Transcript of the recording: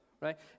right